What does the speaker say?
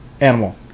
animal